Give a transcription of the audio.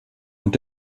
und